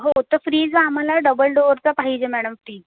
हो तो फ्रीज आम्हाला डबल डोअरचा पाहिजे मॅडम टी